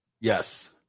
yes